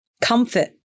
comfort